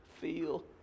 feel